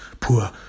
poor